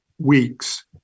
weeks